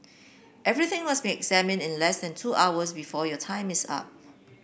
everything must be examined in less and two hours before your time is up